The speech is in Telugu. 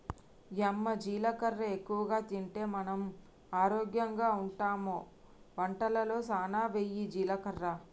యమ్మ జీలకర్ర ఎక్కువగా తింటే మనం ఆరోగ్యంగా ఉంటామె వంటలలో సానా వెయ్యి జీలకర్ర